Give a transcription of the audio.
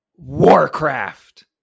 warcraft